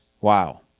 Wow